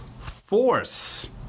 force